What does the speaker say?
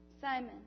Simon